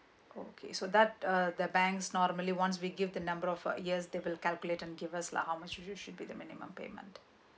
okay so that uh the banks normally once we give the number of uh years they will calculate and give us like how much you should be the minimum payment